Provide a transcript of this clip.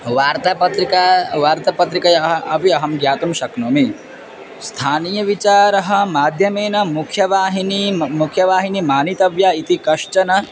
वार्तापत्रिका वार्तपत्रिकयाः अपि अहं ज्ञातुं शक्नोमि स्थानीयविचारः माध्यमेन मुख्यवाहिनी मुख्यवाहिनी मानितव्या इति कश्चन